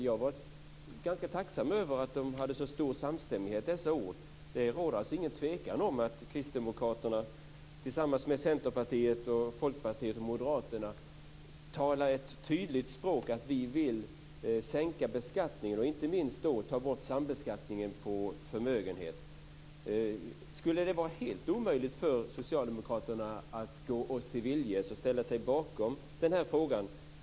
Jag har varit ganska tacksam över att det var så stor samstämmighet dessa år. Det råder alltså ingen tvekan om att Kristdemokraterna tillsammans med Centerpartiet, Folkpartiet och Moderaterna talar ett tydligt språk: Vi vill sänka beskattningen och inte minst ta bort sambeskattningen på förmögenhet. Skulle det vara helt omöjligt för Socialdemokraterna att gå oss till viljes och ställa sig bakom det?